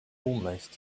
almost